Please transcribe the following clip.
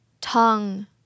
tongue